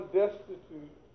destitute